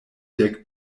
dek